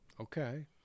Okay